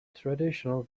traditional